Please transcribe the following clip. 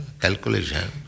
calculation